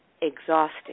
exhausting